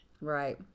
Right